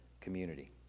community